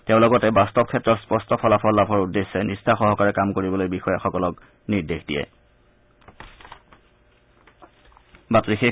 তেওঁ লগতে বাস্তব ক্ষেত্ৰত স্পষ্ট ফলাফল লাভৰ উদ্দেশ্যে নিষ্ঠা সহকাৰে কাম কৰিবলৈ বিষয়াসকলক নিৰ্দেশ দিয়ে